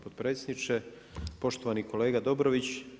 potpredsjedniče, poštovani kolega Dobrović.